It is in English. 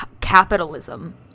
capitalism